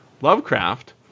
Lovecraft